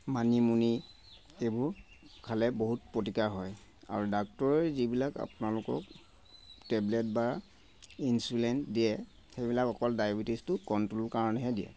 মানিমুনি এইবোৰ খালে বহুত প্ৰতিকাৰ হয় আৰু ডাক্টৰে যিবিলাক আপোনালোকক টেবলেট বা ইঞ্চুলিন দিয়ে সেইবিলাক অকল ডায়েবেটিছটো কণ্ট্ৰ'লৰ কাৰণেহে দিয়ে